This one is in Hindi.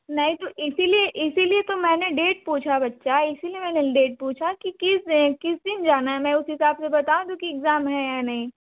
नहीं तो इसी लिए इसी लिए तो मैंने डेट पूछी बच्चा इसी लिए मैंने डेट पूछी कि किस किस दिन जाना है मैं उस हिसाब से बता दूँ कि इक्ज़ाम हैं या नहीं